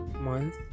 month